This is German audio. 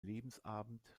lebensabend